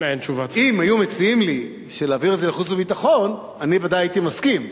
אם היו מציעים לי להעביר לחוץ וביטחון אני ודאי הייתי מסכים.